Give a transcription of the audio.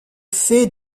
fait